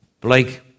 Blake